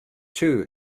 too